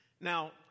Now